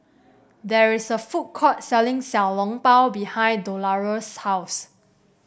there is a food court selling Xiao Long Bao behind Dolores' house